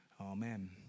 Amen